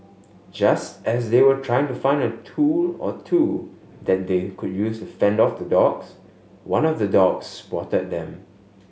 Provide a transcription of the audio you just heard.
just as they were trying to find a tool or two that they could use to fend off the dogs one of the dogs spotted them